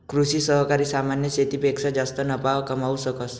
कृषि सहकारी सामान्य शेतीपेक्षा जास्त नफा कमावू शकस